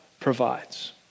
provides